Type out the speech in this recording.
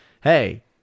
Hey